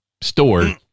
store